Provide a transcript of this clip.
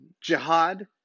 jihad